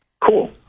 Cool